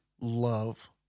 love